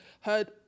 heard